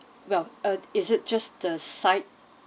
well uh is it just the side